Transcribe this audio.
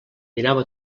mirava